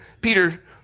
Peter